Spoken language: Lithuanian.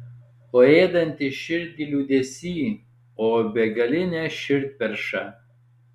o ėdantis širdį liūdesy o begaline širdperša